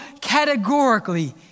categorically